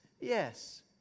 Yes